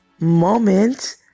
moment